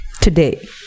Today